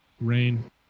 rain